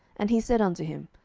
and he said unto him,